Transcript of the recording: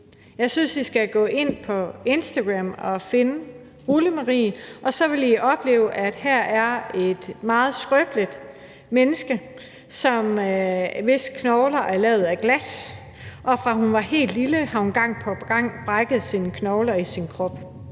Jeg synes, at I skal gå ind på Instagram og finde Rullemarie, og så vil I opleve, at der her er et meget skrøbeligt menneske, hvis knogler er lavet af glas. Og fra hun var helt lille, har hun gang på gang brækket knoglerne i sin krop.